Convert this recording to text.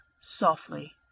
softly